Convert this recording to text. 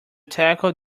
tackled